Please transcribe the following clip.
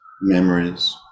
memories